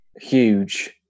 huge